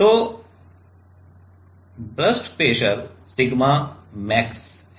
तो burst pressure sigma max है